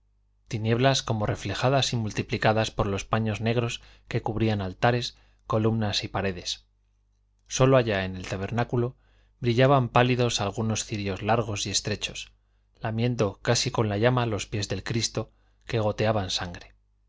tinieblas como reflejadas y multiplicadas por los paños negros que cubrían altares columnas y paredes sólo allá en el tabernáculo brillaban pálidos algunos cirios largos y estrechos lamiendo casi con la llama los pies del cristo que goteaban sangre